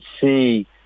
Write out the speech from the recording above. see